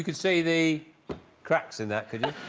you could see the cracks in that could you